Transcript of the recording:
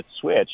switch